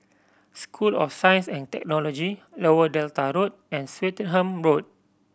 School of Science and Technology Lower Delta Road and Swettenham Road